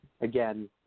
again